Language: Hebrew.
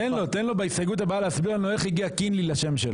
תן לו בהסתייגות הבאה להסביר לנו איך הגיע קינלי לשם שלו.